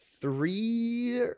three